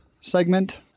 segment